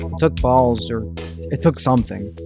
took balls or it took something.